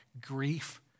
Grief